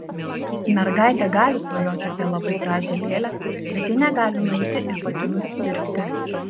mergaitė gali svajoti apie labai gražią lėlę bet ji negali nueiti ir pati nusipirkti